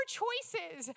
choices